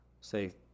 say